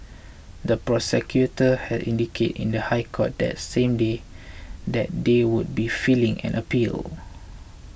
the prosecutors had indicated in the High Court that same day that they would be filing an appeal